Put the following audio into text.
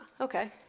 okay